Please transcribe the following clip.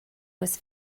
was